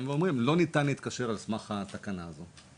ואומרים: לא ניתן להתקשר על סמך התקנה הזו.